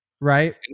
right